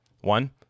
One